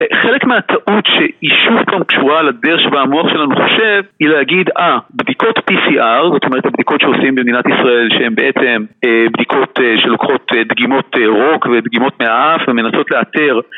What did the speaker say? חלק מהטעות שהיא שוב פעם קשורה לדרך שבה המוח שלנו חושב היא להגיד, אה, בדיקות PCR, זאת אומרת הבדיקות שעושים במדינת ישראל שהן בעצם בדיקות שלוקחות דגימות רוק ודגימות מהאף ומנסות לאתר